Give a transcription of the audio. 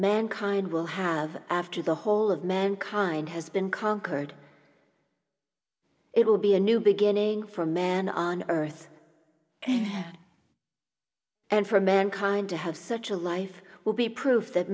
mankind will have after the whole of mankind has been conquered it will be a new beginning for man on earth and and for mankind to have such a life will be proof that